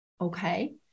Okay